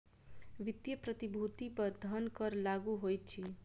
वित्तीय प्रतिभूति पर धन कर लागू होइत अछि